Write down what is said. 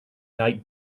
night